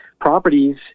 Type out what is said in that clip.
properties